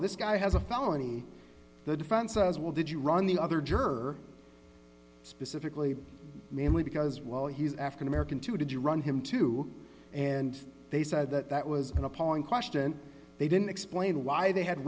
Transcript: this guy has a felony the defense as well did you run the other jerk specifically mainly because well he's african american too did you run him too and they said that that was an appalling question they didn't explain why they had